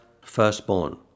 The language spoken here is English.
firstborn